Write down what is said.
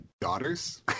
daughters